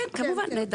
כן, כמובן.